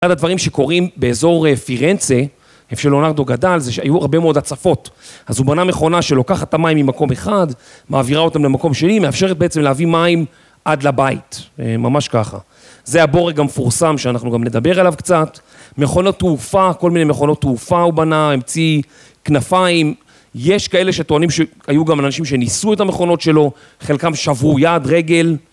אחד הדברים שקורים באזור פירנצה, איפה שליאונרדו גדל, זה שהיו הרבה מאוד הצפות. אז הוא בנה מכונה שלוקחת את המים ממקום אחד, מעבירה אותם למקום שני, מאפשרת בעצם להביא מים עד לבית. ממש ככה. זה הבורג המפורסם שאנחנו גם נדבר עליו קצת. מכונות תעופה, כל מיני מכונות תעופה הוא בנה, המציא כנפיים. יש כאלה שטוענים שהיו גם אנשים שניסו את המכונות שלו, חלקם שברו יד, רגל.